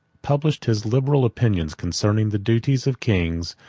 published his liberal opinions concerning the duties of kings,